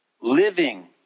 living